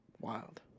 Wild